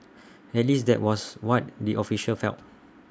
at least that was what the officials felt